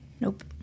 Nope